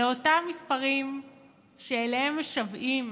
אלה אותם מספרים שאליהם משוועים